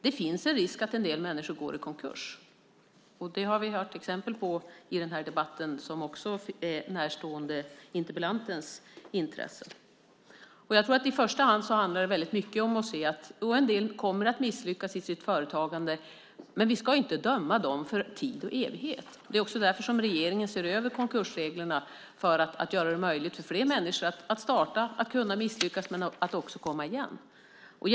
Det finns en risk att en del människor går i konkurs. Det har vi hört exempel på i debatten, exempel som också är närstående interpellantens intresse. I första hand handlar det om att se att även om en del kommer att misslyckas i sitt företagande ska vi inte döma dem för tid och evighet. Det är därför som regeringen ser över konkursreglerna. Vi vill göra det möjligt för fler människor att starta företag men också att komma igen om man misslyckas.